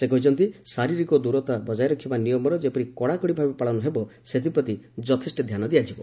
ସେ କହିଛନ୍ତି ଶାରିରୀକ ଦୂରତା ବଜାୟ ରଖିବା ନିୟମର ଯେପରି କଡାକଡି ଭାବେ ପାଳନ ହେବ ସେଥିପ୍ରତି ଯଥେଷ୍ଟ ଧ୍ୟାନ ଦିଆଯିବ